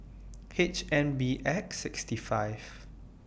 H N B X sixty five